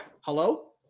hello